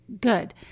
good